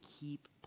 keep